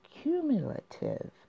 Cumulative